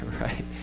right